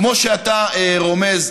כמו שאתה רומז,